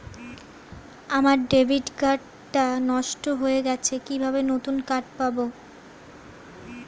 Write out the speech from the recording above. আমার debit card টা নষ্ট হয়ে গেছে কিভাবে নতুন কার্ড পাব?